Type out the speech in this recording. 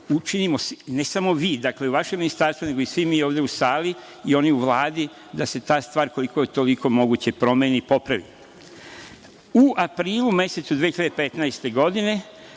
učinimo, ne samo vi i vaše ministarstvo, nego svi mi ovde u sali, i oni u Vladi, da se ta stvar, koliko god je to moguće, promeni i popravi.U aprilu mesecu 2015. godine,